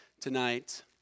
tonight